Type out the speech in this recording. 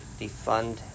Defund